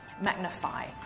magnify